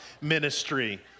ministry